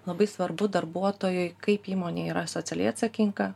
labai svarbu darbuotojui kaip įmonė yra socialiai atsakinga